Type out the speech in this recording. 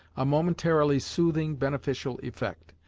a momentarily soothing, beneficial effect.